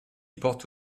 porte